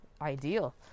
Ideal